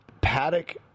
Paddock